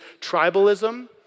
tribalism